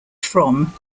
from